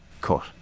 cut